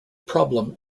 problem